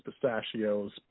pistachios